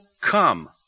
come